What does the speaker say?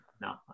No